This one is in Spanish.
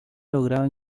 logrado